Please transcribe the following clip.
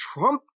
Trump